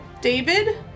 David